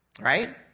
right